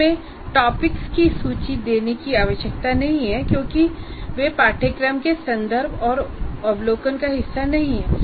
इसमें टॉपिक्स की सूची देने की आवश्यकता नहीं है क्योंकि वह पाठ्यक्रम के संदर्भ और अवलोकन का हिस्सा नहीं है